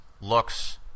looks